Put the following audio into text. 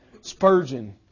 Spurgeon